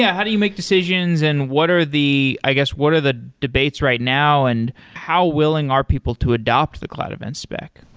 yeah how do you make decisions and what are the i guess, what are the debates right now and how willing are people to adopt the cloud event spec?